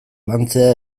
lantzea